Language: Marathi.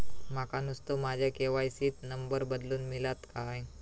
माका नुस्तो माझ्या के.वाय.सी त नंबर बदलून मिलात काय?